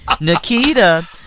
Nikita